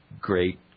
great